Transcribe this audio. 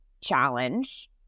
challenge